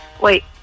Wait